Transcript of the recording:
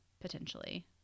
Potentially